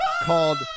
called